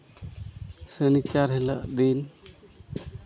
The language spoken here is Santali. ᱥᱚᱱᱤᱪᱟᱨ ᱦᱤᱞᱳᱜ ᱫᱤᱱ